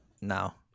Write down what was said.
now